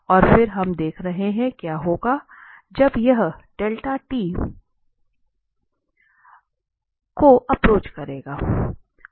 और फिर हम देख रहे हैं कि क्या होगा जब यह 0 को एप्रोच करेगा